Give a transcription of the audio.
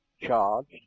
charged